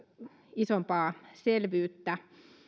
isompaa selvyyttä